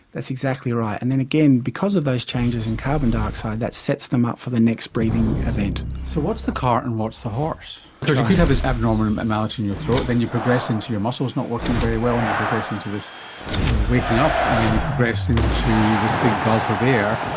that's exactly right. and then, again, because of those changes in carbon dioxide, that sets them up for the next breathing event. so what's the cart and what's the horse? because you could have this abnormality in your throat, then you progress into your muscles not working very well and you progress into this waking up and then you progress into this big gulp of air,